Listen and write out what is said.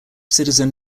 citizen